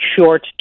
short